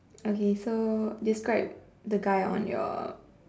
okay so describe the guy on your